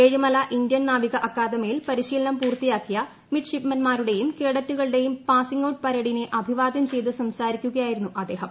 Ezhimala Indian നാവിക അക്കാദമിയിൽ പരിശീലനം പൂർത്തിയാക്കിയ മിഡ്ഷിപ്പ്മെൻമാരുടെയും കേഡറ്റുകളുടെയും പാസിംഗ് ഔട്ട് പരേഡിനെ അഭിവാദൃം ചെയത് സംസാരിക്കുകയായിരുന്നു അദ്ദേഹം